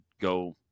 go